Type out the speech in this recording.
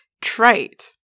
trite